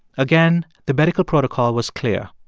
again, the medical protocol was clear.